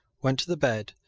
went to the bed,